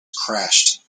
crashed